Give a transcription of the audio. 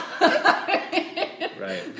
Right